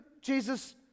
Jesus